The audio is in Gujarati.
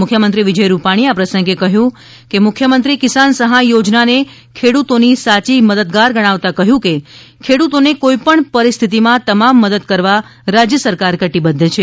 મુખ્યમંત્રી વિજય રૂપાણીએ આ પ્રસંગે કહ્યું હતું કે મુખ્યમંત્રી કિસાન સહાય યોજનાને ખેડૂતોની સાચી મદદગાર ગણાવતા કહ્યું હતું કે ખેડૂતોને કોઇ પણ પરિસ્થિતિમાં તમામ મદદ કરવા રાજ્ય સરકાર કટિબદ્ધ છે